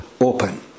open